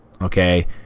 Okay